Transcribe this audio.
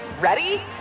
Ready